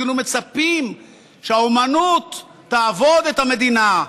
כאילו מצפים שהאומנות תעבוד את המדינה,